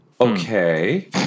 Okay